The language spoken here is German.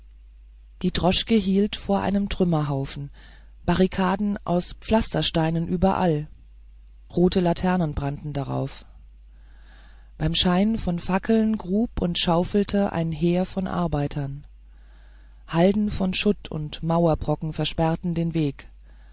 die droschke hielt vor einem trümmerhaufen barrikaden aus pflastersteinen überall rote laternen brannten darauf beim schein von fackeln grub und schaufelte ein heer von arbeitern halden von schutt und mauerbrocken versperrten den weg